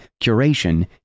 curation